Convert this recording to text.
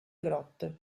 grotte